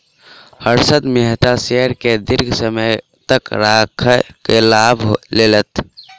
Harshad Mehta share के दीर्घ समय तक राइख के लाभ लेलैथ